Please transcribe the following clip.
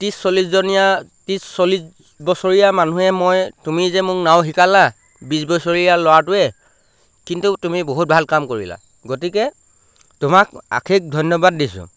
ত্ৰিছ চল্লিছজনীয়া ত্ৰিছ চল্লিছ বছৰীয়া মানুহে মই তুমি যে মোক নাও শিকালা বিছ বছৰীয়া ল'ৰাটোৱে কিন্তু তুমি বহুত ভাল কাম কৰিলা গতিকে তোমাক অশেষ ধন্যবাদ দিছোঁ